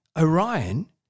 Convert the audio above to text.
Orion